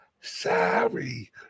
sorry